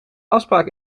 afspraak